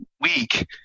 week